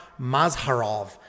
Mazharov